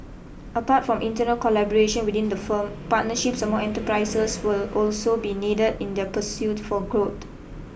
apart from internal collaboration within the firm partnerships among enterprises will also be needed in their pursuit for growed